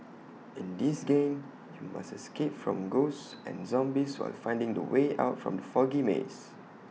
in this game you must escape from ghosts and zombies while finding the way out from the foggy maze